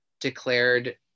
declared